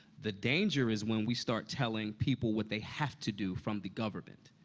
the danger is when we start telling people what they have to do from the government.